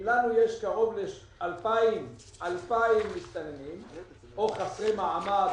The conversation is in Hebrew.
אם לנו יש קרוב ל-2,000 מסתננים או חסרי מעמד,